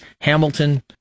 Hamilton